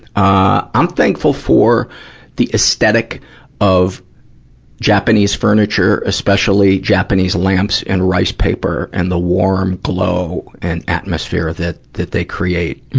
ah i'm thankful for the aesthetic of japanese furniture, especially japanese lamps and rice paper, and the warm glow and atmosphere that, that they create.